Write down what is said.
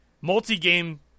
Multi-game